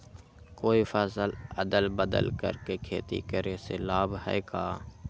कोई फसल अदल बदल कर के खेती करे से लाभ है का?